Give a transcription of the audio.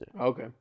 Okay